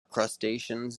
crustaceans